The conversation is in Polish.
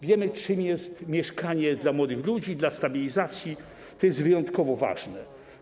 Wiemy, czym jest mieszkanie dla młodych ludzi, dla stabilizacji, to jest wyjątkowo ważne.